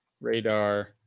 radar